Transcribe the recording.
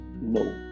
No